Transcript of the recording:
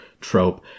trope